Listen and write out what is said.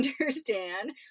understand